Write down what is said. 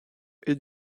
est